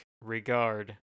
regard